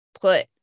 put